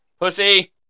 pussy